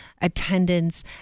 attendance